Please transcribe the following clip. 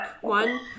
one